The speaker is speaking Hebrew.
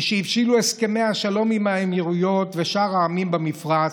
משהבשילו הסכמי השלום עם האמירויות ושאר העמים במפרץ,